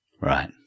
Right